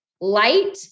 light